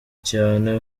cyane